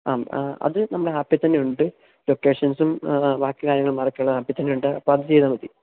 ആ അത് നമ്മുടെ ആപ്പിൽത്തന്നെ ഉണ്ട് ലൊക്കേഷൻസും ബാക്കി കാര്യങ്ങളും അതൊക്കെ ആപ്പില്ത്തന്നെയുണ്ട് അപ്പോള് അതു ചെയ്താല് മതി